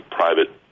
private